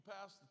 passed